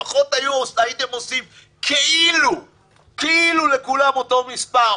לפחות הייתם עושים כאילו לכולם אותו מספר.